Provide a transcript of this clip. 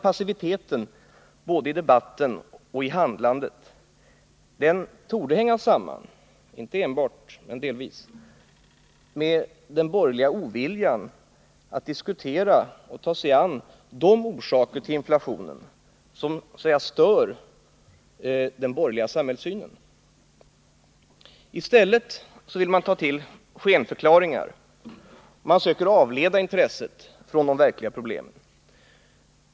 Passiviteten både i debatten och i handlandet torde hänga samman — inte enbart, men delvis — med den borgerliga oviljan att diskutera och ta sig an de orsaker till inflationen som så att säga stör den borgerliga samhällssynen. I stället vill man ta till skenförklaringar för att söka avleda intresset från de verkliga problemen.